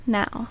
now